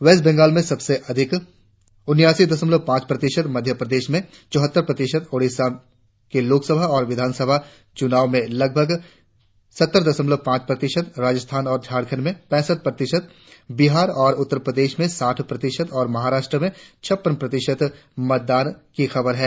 waste Bengal में सबसे अधिक उन्यासी दशमलव पांच प्रतिशत मध्यप्रदेश में चौहत्तर प्रतिशत ओडिसा के लोकसभा और विधानसभा चुनाव में लगभग सत्तर दशमलव पांच प्रतिशत राजस्थान और झारखंड में पैसठ प्रतिशत बिहार और उत्तर प्रदेश में साठ प्रतिशत और महाराष्ट्र में छप्पन प्रतिशत मतदान की खबर है